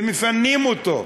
ומפנים אותו,